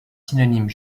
synonyme